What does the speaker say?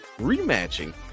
rematching